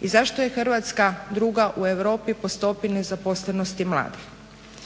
i zašto je Hrvatska druga u Europi po stopi nezaposlenosti mladih.